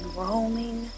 roaming